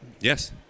yes